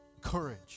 Courage